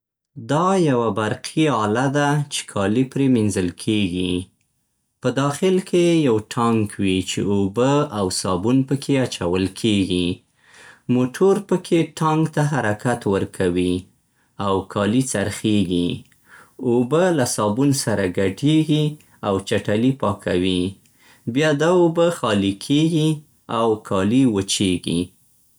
دا یوه برقي اله ده چې کالي پرې مینځل کېږي. په داخل کې يې یو ټانک وي چې اوبه او صابون پکې اچول کېږي. موټور پکې ټانک ته حرکت ورکوي او کالي څرخېږي. اوبه له صابون سره ګډېږي او چټلي پاکوي. بیا دا اوبه خالي کېږي او کالي وچېږي.